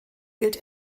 gilt